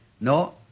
No